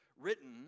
written